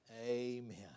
Amen